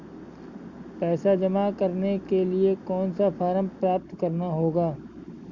पैसा जमा करने के लिए कौन सा फॉर्म प्राप्त करना होगा?